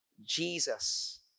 Jesus